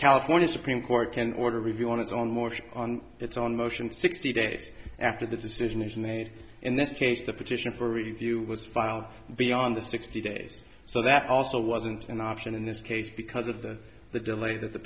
california supreme court can order a review on its own motion on its own motion sixty days after the decision is made in this case the petition for review was filed beyond the sixty days so that also wasn't an option in this case because of the the delay that the